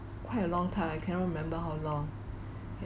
quite a long time I cannot remember how long